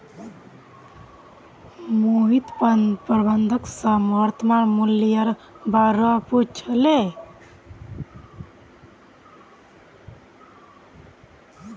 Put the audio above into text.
मोहित प्रबंधक स वर्तमान मूलयेर बा र पूछले